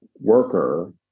worker